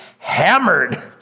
hammered